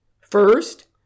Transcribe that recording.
First